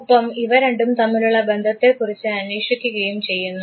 ഒപ്പം ഇവ രണ്ടും തമ്മിലുള്ള ബന്ധത്തെ കുറിച്ച് അന്വേഷിക്കുകയും ചെയ്യുന്നു